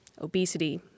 obesity